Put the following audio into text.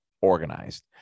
organized